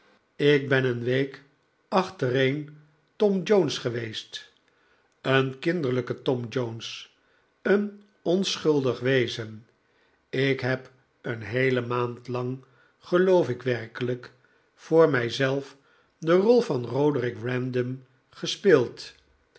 ik ben een week achtereen tom jones geweest een kinderjijke tom jones een onschuldig wezen ik heb een heele maarid lang geloof ik werkelijk voor mij zelf de rol van roderick random gespeeld